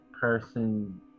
person